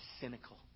cynical